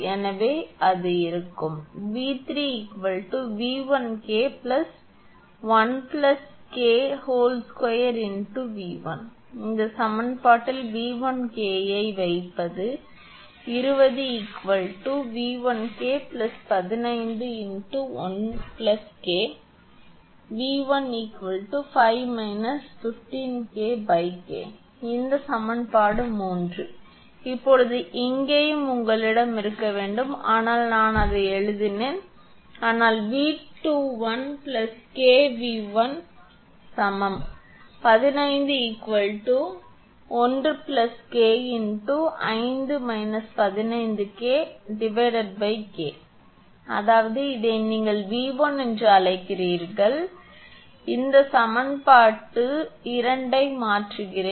எனவே அது இருக்கும் 𝑉3 𝑉1𝐾 1 𝑘2𝑉1 இந்த சமன்பாட்டில் 𝑉1𝐾 வைப்பது 20 𝑉1𝐾 151 𝐾 𝑉1𝐾 20 − 15 − 15𝐾 𝑉1 5 − 15𝐾 𝑘 இது சமன்பாடு 3 இப்போது இங்கேயும் உங்களிடம் இருக்க வேண்டும் ஆனால் நான் அதை எழுதினேன் ஆனால் 𝑉2 1 𝐾𝑉1 க்கு சமம் 15 1 𝐾5 − 15𝐾 𝑘 அதாவது இதை நீங்கள் 𝑉1 என்று அழைக்கிறீர்கள் இந்த சமன்பாட்டில் 2 ஐ மாற்றுகிறோம்